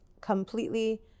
completely